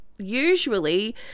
usually